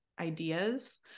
ideas